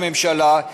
ראש הממשלה,